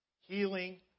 healing